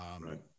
Right